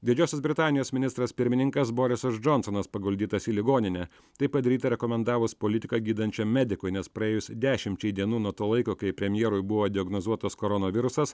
didžiosios britanijos ministras pirmininkas borisas džonsonas paguldytas į ligoninę tai padaryta rekomendavus politiką gydančiam medikui nes praėjus dešimčiai dienų nuo to laiko kai premjerui buvo diagnozuotas koronavirusas